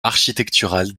architecturale